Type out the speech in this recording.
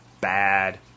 bad